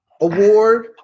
award